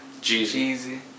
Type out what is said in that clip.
Jeezy